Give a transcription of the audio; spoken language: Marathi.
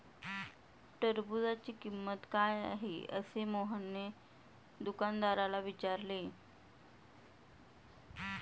टरबूजाची किंमत काय आहे असे मोहनने दुकानदाराला विचारले?